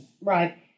Right